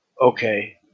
Okay